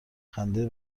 خنده